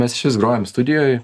mes išvis grojom studijoj